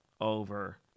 over